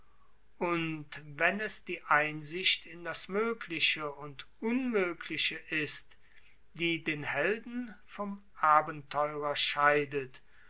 und wenn es die einsicht in das moegliche und unmoegliche ist die den helden vom abenteurer scheidet